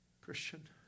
Christian